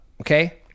Okay